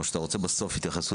או שאתה רוצה בסוף להתייחס?